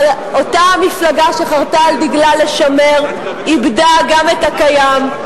אבל אותה מפלגה שחרתה על דגלה, איבדה גם את הקיים,